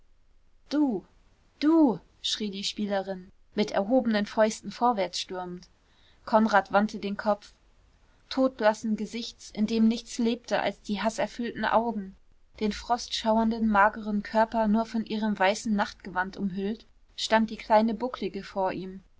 du du schrie die spielerin mit erhobenen fäusten vorwärtsstürmend konrad wandte den kopf todblassen gesichts in dem nichts lebte als die haßerfüllten augen den frostschauernden mageren körper nur von ihrem weißen nachtgewand umhüllt stand die kleine bucklige vor ihm